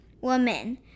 Woman